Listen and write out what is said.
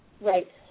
right